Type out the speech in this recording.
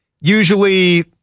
usually